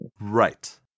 Right